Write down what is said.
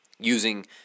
Using